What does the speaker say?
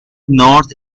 north